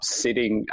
sitting